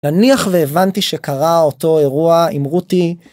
נניח והבנתי שקרה אותו אירוע, עם רותי.